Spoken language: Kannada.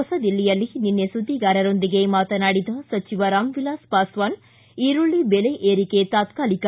ಹೊಸದಿಲ್ಲಿಯಲ್ಲಿ ನಿನ್ನೆ ಸುದ್ದಿಗಾರರೊಂದಿಗೆ ಮಾತನಾಡಿದ ರಾಮ್ವಿಲಾಸ್ ಪಾಸ್ವಾನ್ ಈರುಳ್ಳಿ ದೆಲೆ ಏರಿಕೆ ತಾತ್ಕಾಲಿಕ